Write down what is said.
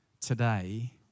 today